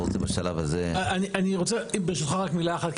אני רוצה ברשותך רק מילה אחת,